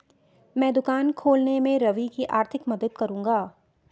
मैं दुकान खोलने में रवि की आर्थिक मदद करूंगा